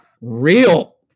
real